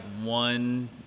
one